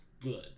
good